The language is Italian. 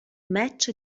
match